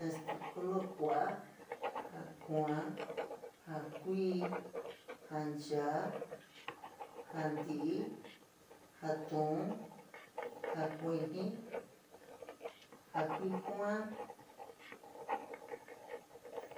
Este, color ku’ua, jaa kuua, jaa kui, jaa nchaa jaa nti’iíí, jaa tuuú, ja kuijíí, jaa kui kuáá.